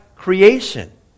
creation